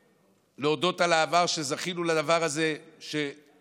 ולהודות על העבר שזכינו לדבר הזה שכמעט,